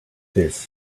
this